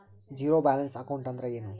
Zero balance account ಅಂದ್ರ ಏನು?